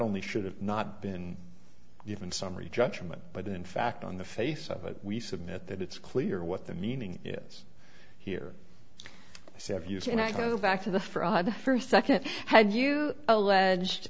only should have not been given summary judgment but in fact on the face of it we submit that it's clear what the meaning is here seven years and i go back to the fraud the first second how did you alleged